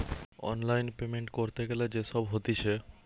online payment ক্যরতে গ্যালে যে সব হতিছে